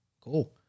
cool